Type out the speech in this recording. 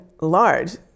large